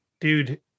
Dude